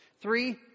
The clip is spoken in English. Three